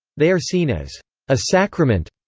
they are seen as a sacrament.